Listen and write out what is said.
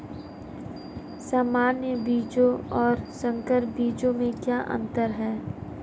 सामान्य बीजों और संकर बीजों में क्या अंतर है?